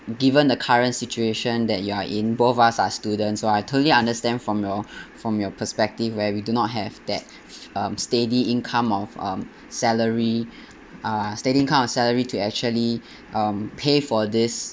given the current situation that you are in both of us are students so I totally understand from your from your perspective where we do not have that uh steady income of um salary uh steady income of salary to actually um pay for this